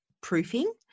proofing